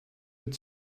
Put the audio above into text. mit